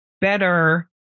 better